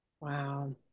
Wow